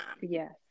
Yes